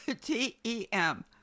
T-E-M